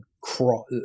cross